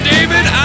David